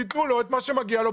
תתנו לו את מה שמגיע לו,